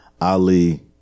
Ali